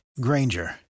Granger